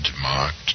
marked